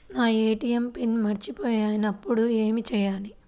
నా ATM PIN మరచిపోయినప్పుడు ఏమి చేయాలి?